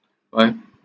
when